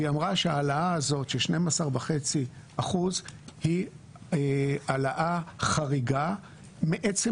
היא אמרה שההעלאה של 12.5% היא העלאה חריגה מעצם